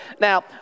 now